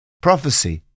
Prophecy